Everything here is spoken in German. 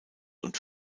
und